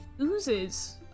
oozes